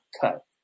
cut